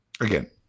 Again